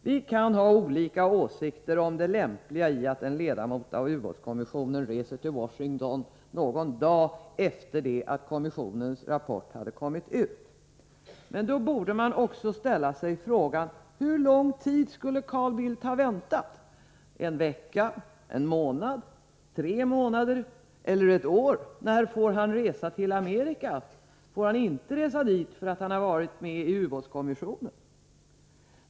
Vi kan ha olika åsikter om det lämpliga i att en ledamot av ubåtskommissionen reser till Washington någon dag efter det att kommissionens rapport har kommit ut, men man måste då också ställa sig frågan: Hur lång tid borde Carl Bildt ha väntat — en vecka, en månad, tre månader eller ett år? När får han resa till Amerika? Får han inte resa dit, därför att han har varit med i ubåtskommissionen?